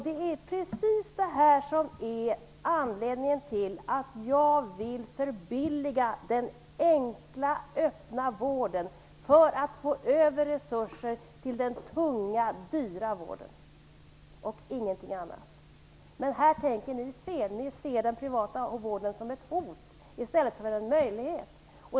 Det är precis det som är anledningen till att jag vill förbilliga den enkla öppna vården för att få över resurser till den tunga dyra vården, ingenting annat. Här tänker ni fel. Ni ser den privata vården som ett hot i stället för en möjlighet.